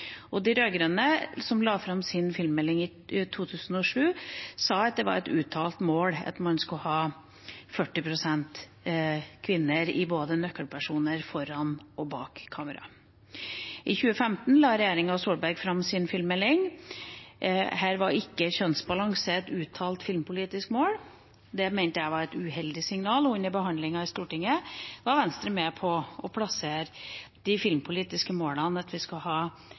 filmpolitikken. De rød-grønne, som la fram sin filmmelding i 2007, sa at det var et uttalt mål at man skulle ha 40 pst. kvinner i nøkkelposisjoner både foran og bak kamera. I 2015 la regjeringa Solberg fram sin filmmelding. Her var ikke kjønnsbalanse et uttalt filmpolitisk mål. Det mente jeg var et uheldig signal, og under behandlingen i Stortinget var Venstre med på å plassere i de filmpolitiske målene at vi skal ha